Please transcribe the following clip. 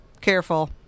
careful